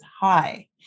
high